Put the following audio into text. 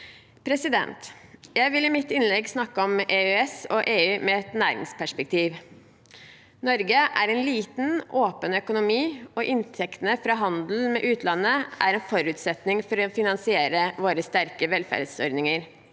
EØS-relevante. Jeg vil i mitt innlegg snakke om EØS og EU i et næringsperspektiv. Norge er en liten, åpen økonomi, og inntektene fra handel med utlandet er en forutsetning for å finansiere våre sterke velferdsordninger.